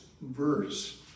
verse